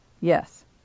Yes